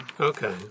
Okay